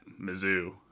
Mizzou